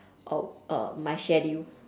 oh err my schedule